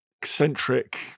eccentric